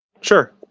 sure